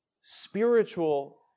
spiritual